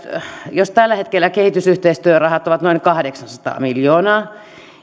jos tällä hetkellä kehitysyhteistyörahat ovat noin kahdeksansataa miljoonaa